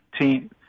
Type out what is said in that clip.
team